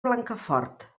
blancafort